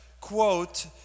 quote